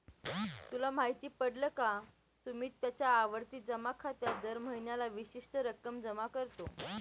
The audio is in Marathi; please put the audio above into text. तुला माहित पडल का? सुमित त्याच्या आवर्ती जमा खात्यात दर महीन्याला विशिष्ट रक्कम जमा करतो